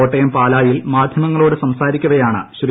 കോട്ട്യം പാലയിൽ മാധ്യമങ്ങളോട് സംസാരിക്കവെയാണ് ശ്രീ